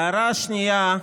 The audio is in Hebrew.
ההערה השנייה,